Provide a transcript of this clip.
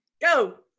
Go